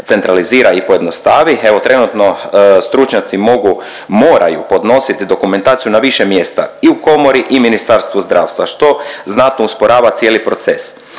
centralizira i pojednostavi. Evo trenutno stručnjaci mogu, moraju podnositi dokumentaciju na više mjesta i u komori i u Ministarstvu zdravstva što znatno usporava cijeli proces.